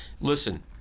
Listen